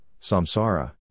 samsara